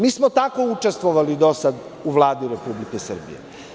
Mi smo tako učestvovali do sada u Vladi Republike Srbije.